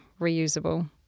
reusable